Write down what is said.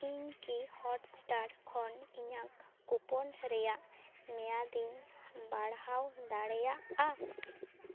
ᱤᱧ ᱠᱤ ᱦᱳᱴᱥᱴᱟᱨ ᱠᱷᱚᱱ ᱤᱧᱟᱹᱜ ᱠᱩᱯᱚᱱ ᱨᱮᱭᱟᱜ ᱢᱮᱭᱟᱫᱤᱧ ᱵᱟᱲᱦᱟᱣ ᱫᱟᱲᱮᱭᱟᱜᱼᱟ